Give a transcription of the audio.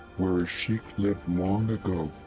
where a sheik lived long ago.